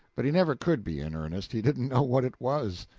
but he never could be in earnest. he didn't know what it was.